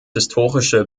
historische